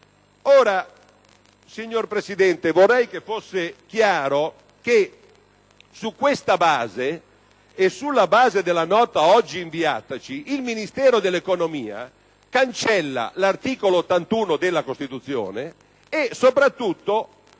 Signor Presidente, vorrei fosse chiaro che, su questa base e sulla base della Nota oggi inviataci, il Ministero dell'economia cancella l'articolo 81 della Costituzione e, soprattutto,